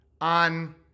on